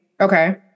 Okay